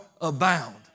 abound